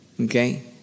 Okay